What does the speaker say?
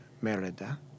Merida